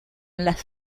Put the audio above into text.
las